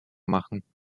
machen